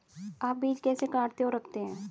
आप बीज कैसे काटते और रखते हैं?